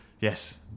yes